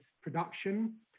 production